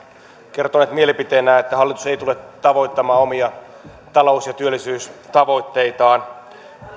kertoneet mielipiteenään että hallitus ei tule tavoittamaan omia talous ja työllisyystavoitteitaan